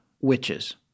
witches